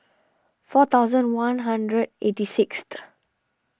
four thousand one hundred eighty sixth